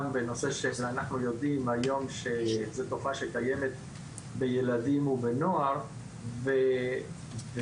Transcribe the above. אנחנו יודעים היום שזו תופעה שקיימת אצל ילדים ונוער ודרוש